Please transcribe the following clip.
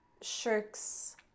shirks